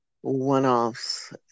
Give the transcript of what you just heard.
one-offs